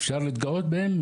אפשר להתגאות בהם,